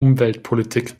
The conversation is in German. umweltpolitik